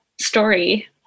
story